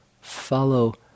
follow